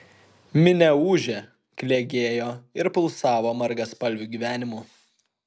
minia ūžė klegėjo ir pulsavo margaspalviu gyvenimu